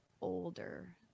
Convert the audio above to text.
older